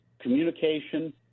communication